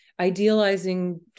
Idealizing